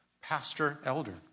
pastor-elder